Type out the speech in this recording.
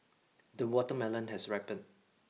the watermelon has ripened